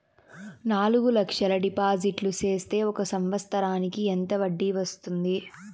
నాలుగు లక్షల డిపాజిట్లు సేస్తే ఒక సంవత్సరానికి ఎంత వడ్డీ వస్తుంది?